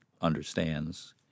understands